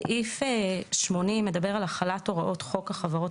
סעיף 80 מדבר על החלת הוראות חוק החברות